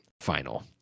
final